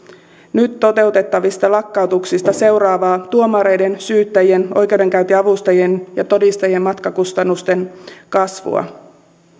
nyt toteutettavista lakkautuksista seuraavaa tuomareiden syyttäjien oikeudenkäyntiavustajien ja todistajien matkakustannusten kasvua